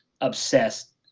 obsessed